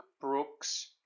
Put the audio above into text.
Brooks